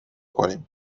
کنیم